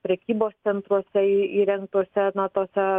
prekybos centruose į įrengtose na tose